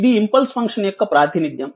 ఇది impulse function యొక్క ప్రాతినిధ్యం